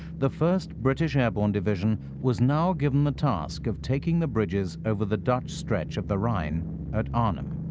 the first british airborne division was now given the task of taking the bridges over the dutch stretch of the rhine at arnhem.